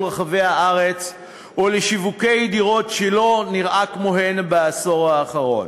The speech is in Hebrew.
רחבי הארץ ולשיווקי דירות שלא נראו כמוהם בעשור האחרון.